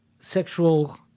sexual